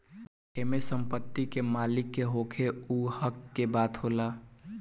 एमे संपत्ति के मालिक के होखे उ हक के बात होला